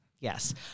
Yes